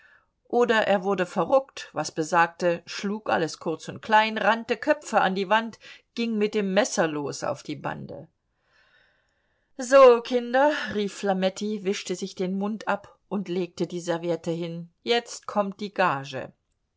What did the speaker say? oder er wurde verruckt was besagte schlug alles kurz und klein rannte köpfe an die wand ging mit dem messer los auf die bande so kinder rief flametti wischte sich den mund ab und legte die serviette hin jetzt kommt die gage